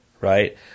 right